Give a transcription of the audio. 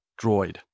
droid